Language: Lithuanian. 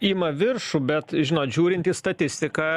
ima viršų bet žinot žiūrint į statistiką